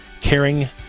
caring